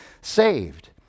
saved